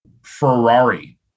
Ferrari